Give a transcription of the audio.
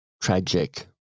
tragic